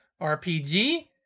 RPG